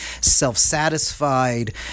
self-satisfied